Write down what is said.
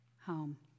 home